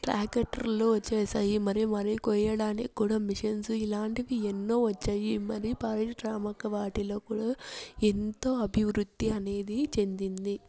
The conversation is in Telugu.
ట్రాక్టర్లు వచ్చేసాయి మరియు మరియు కొయ్యడానికి కూడా మిషన్స్ ఇలాంటివి ఎన్నో వచ్చాయి మరియు పారిశ్రామిక వాటిలో కూడా ఎంతో అభివృద్ధి అనేది చెందింది